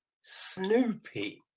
Snoopy